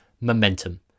momentum